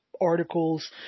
articles